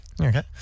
Okay